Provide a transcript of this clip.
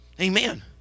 Amen